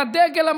לדגל,